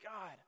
God